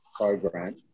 program